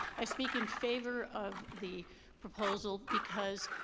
i speak in favor of the proposal, because